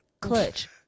clutch